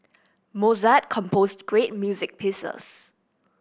Mozart composed great music pieces